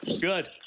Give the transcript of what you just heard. Good